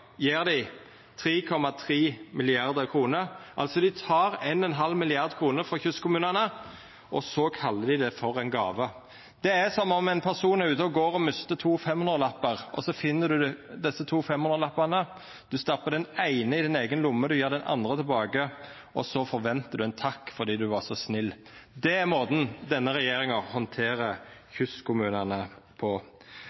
dei 3,3 mrd. kr. Dei tek altså 1,5 mrd. kr frå kystkommunane og kallar det for ei gåve. Det er som om ein person er ute og går og mister to 500-lappar. Du finn desse to 500-lappane, stappar den eine i di eiga lomme, gjev den andre tilbake og forventar ein takk fordi du var så snill. Det er måten denne regjeringa handterer